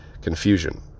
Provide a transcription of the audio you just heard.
confusion